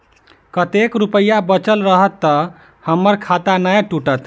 कतेक रुपया बचल रहत तऽ हम्मर खाता नै टूटत?